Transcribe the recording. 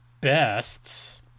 best